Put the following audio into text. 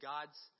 God's